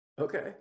Okay